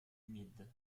humide